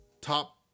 top